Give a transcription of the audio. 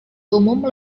umum